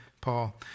Paul